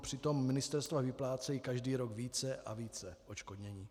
Přitom ministerstva vyplácejí každý rok více a více odškodnění.